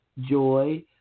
joy